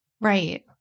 Right